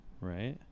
Right